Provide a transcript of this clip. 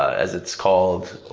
as it's called,